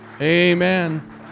Amen